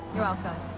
you're welcome.